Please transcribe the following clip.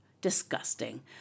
Disgusting